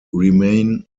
remain